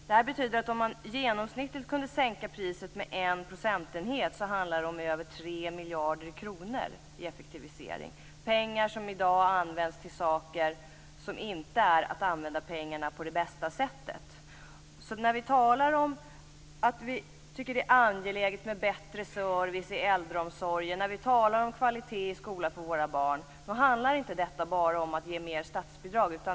Det betyder att om man genomsnittligt kunde sänka priset med en procentenhet innebär det över 3 miljarder kronor i effektivisering. Det är pengar som i dag används till saker som inte är att använda pengarna på det bästa sättet. När vi talar om att vi tycker att det är angeläget med bättre service i äldreomsorgen, om kvalitet i skola för våra barn, då handlar det inte bara om att ge mer statsbidrag.